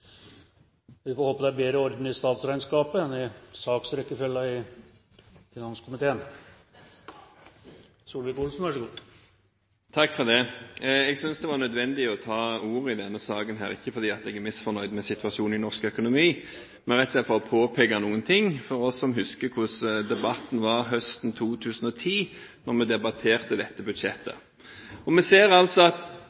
Vi får håpe det er bedre orden i statsregnskapet enn i saksrekkefølgen i finanskomiteen. Jeg synes det var nødvendig å ta ordet i denne saken, ikke fordi jeg er misfornøyd med situasjonen i norsk økonomi, men rett og slett for å påpeke noen ting – for oss som husker hvordan debatten var høsten 2010, da vi debatterte dette budsjettet.